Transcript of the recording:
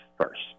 first